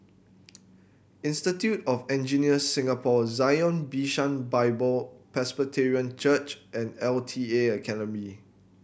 Institute of Engineers Singapore Zion Bishan Bible Presbyterian Church and L T A Academy